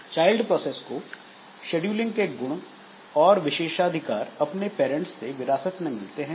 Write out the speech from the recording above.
child process को scheduling के गुण और विशेषाधिकार अपने पैरंट्स से विरासत में मिलते हैं